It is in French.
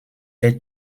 est